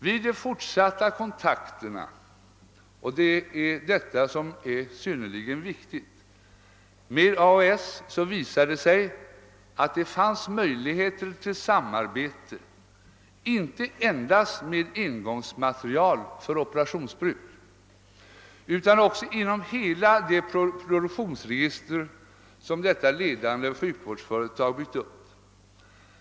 Vid de fortsatta kontakterna med AHS — detta är väsentligt — visade det sig att det fanns möjligheter till ett samarbete inte endast med engångsmaterial för operationsbruk utan också inom hela det produktionsregister som detta ledande sjukvårdsföretag byggt upp.